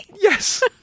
Yes